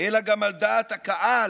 אלא גם על דעת הקהל,